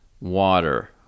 water